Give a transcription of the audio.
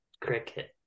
Cricket